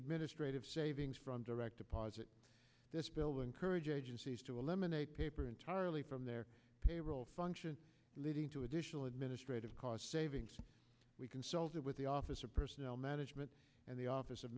administrative savings from direct deposit this building courage agencies to eliminate paper entirely from their payroll function leading to additional administrative call we consulted with the office of personnel management and the office of